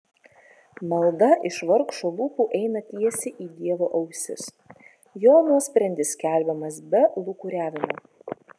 malda iš vargšo lūpų eina tiesiai į dievo ausis jo nuosprendis skelbiamas be lūkuriavimo